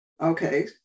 Okay